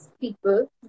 people